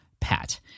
pat